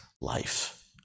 life